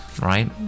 right